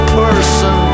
person